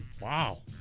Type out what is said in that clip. Wow